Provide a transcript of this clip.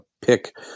pick